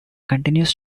continues